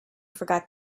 forgot